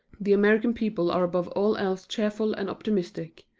the american people are above all else cheerful and optimistic.